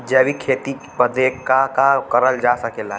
जैविक खेती बदे का का करल जा सकेला?